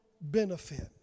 benefit